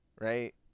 right